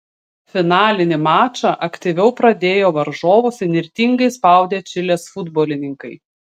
finalinį mačą aktyviau pradėjo varžovus įnirtingai spaudę čilės futbolininkai